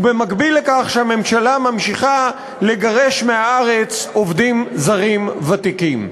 ובמקביל לכך שהממשלה ממשיכה לגרש מהארץ עובדים זרים ותיקים.